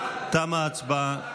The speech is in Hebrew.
תמה ההצבעה.